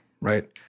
right